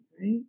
right